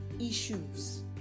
issues